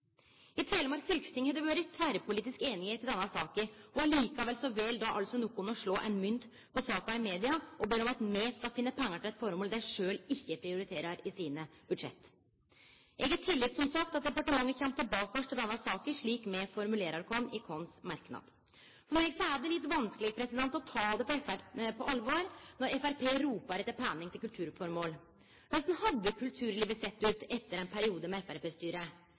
I Telemark fylkesting har det vore tverrpolitisk einigheit i denne saka, likevel vel altså nokon å slå politisk mynt på saka i media, og ber om at vi skal finne pengar til eit formål dei sjølve ikkje prioriterer i sine budsjett. Eg har tillit til at departementet kjem tilbake til denne saka, slik me formulerer det i vår merknad. For meg er det litt vanskeleg å ta det på alvor når Framstegspartiet ropar etter pengar til kulturformål. Korleis hadde kulturlivet sett ut etter ein periode med